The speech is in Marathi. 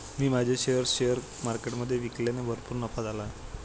मी माझे शेअर्स शेअर मार्केटमधे विकल्याने भरपूर नफा झाला आहे